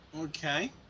Okay